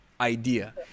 idea